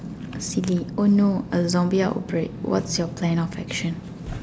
silly oh no a zombie outbreak what's your plan of action